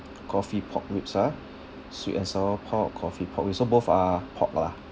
coffee pork ribs ah sweet and sour pork coffee pork ribs so both are pork lah